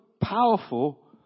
powerful